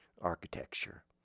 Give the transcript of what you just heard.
architecture